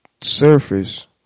surface